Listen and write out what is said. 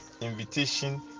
Invitation